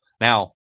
now